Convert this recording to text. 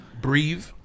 Breathe